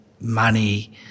money